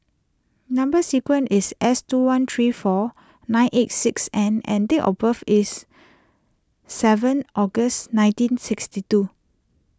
Number Sequence is S two one three four nine eight six N and date of birth is seven August nineteen sixty two